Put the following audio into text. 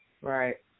Right